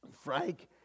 Frank